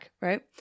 right